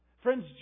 Friends